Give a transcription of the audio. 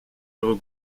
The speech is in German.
ihre